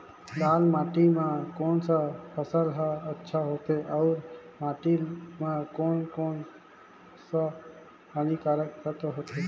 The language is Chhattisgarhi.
लाल माटी मां कोन सा फसल ह अच्छा होथे अउर माटी म कोन कोन स हानिकारक तत्व होथे?